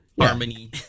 Harmony